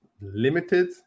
limited